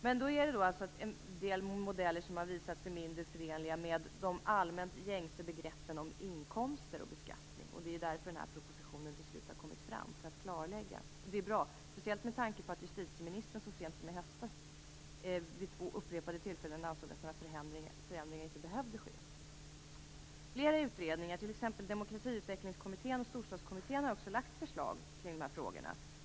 Men en del modeller har alltså visat sig vara mindre förenliga med de gängse begreppen om inkomster och beskattning, och det är därför, för att klarlägga, som denna proposition till slut har tagits fram. Det är bra, speciellt med tanke på att justitieministern så sent som i höstas vid två tillfällen ansåg att någon förändring inte behövde göras. Flera utredningar, bl.a. Demokratiutvecklingskommittén och Storstadskommittén, har lagt fram förslag i de här frågorna.